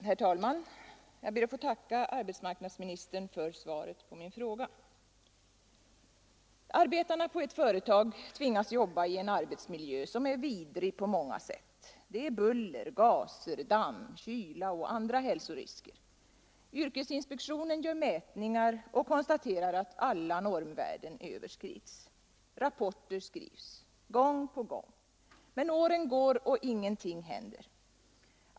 Herr talman! Jag ber att få tacka arbetsmarknadsministern för svaret Torsdagen den på min enkla fråga. 30 maj 1974 Arbetarna på ett företag tvingas jobba i en arbetsmiljö, som är vidrig på många sätt, det är buller, gaser, damm, kyla och andra hälsorisker. Yrkesinspektionen gör mätningar och konstaterar att alla normvärden överskrids. Rapporter skrivs. Gång på gång. Men åren går och ingenting händer.